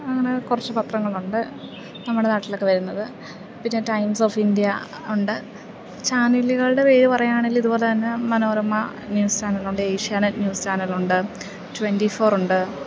അങ്ങനെ കുറച്ച് പത്രങ്ങൾ ഉണ്ട് നമ്മുടെ നാട്ടിൽ ഒക്കെ വരുന്നത് പിന്നെ ടൈംസ് ഓഫ് ഇൻഡ്യ ഉണ്ട് ചാനലുകളുടെ പേര് പറയാണേൽ ഇതുപോലെ തന്നെ മനോരമ ന്യൂസ് ചാനലൊണ്ട് ഏഷ്യാനെറ്റ് ന്യൂസ് ചാനലൊണ്ട് ട്വൻറ്റി ഫോറൊണ്ട്